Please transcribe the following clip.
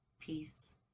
peace